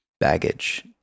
baggage